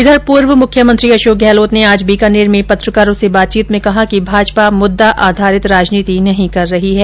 इधर पूर्व मुख्यमंत्री अशोक गहलोत ने आज बीकानेर में पत्रकारों से बातचीत में कहा कि भाजपा मुद्दा आधारित राजनीति नहीं कर रही है